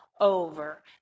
over